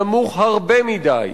נמוך הרבה יותר מדי.